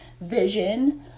vision